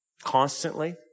constantly